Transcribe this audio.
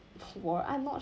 war I'm not